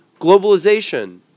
globalization